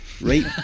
right